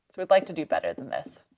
we'd like to do better than this.